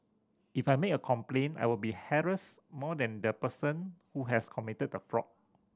if I make a complaint I will be harassed more than the person who has committed the fraud